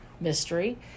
mystery